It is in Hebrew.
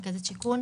רכזת שיכון.